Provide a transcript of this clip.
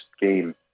game